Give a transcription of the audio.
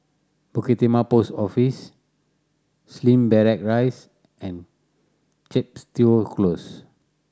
Bukit Timah Post Office Slim Barrack Rise and Chepstow Close